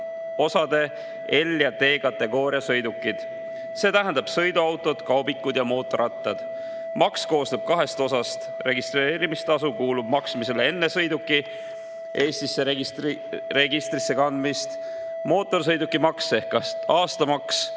osad L‑ ja T‑kategooria sõidukid, see tähendab sõiduautod, kaubikud ja mootorrattad. Maks koosneb kahest osast. Registreerimistasu kuulub maksmisele enne sõiduki Eestis registrisse kandmist, mootorsõidukimaks ehk aastamaks